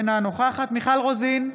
אינה נוכחת מיכל רוזין,